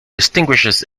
distinguishes